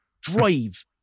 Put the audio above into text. drive